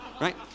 Right